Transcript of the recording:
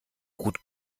gut